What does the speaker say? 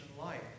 life